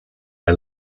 are